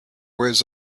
was